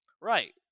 Right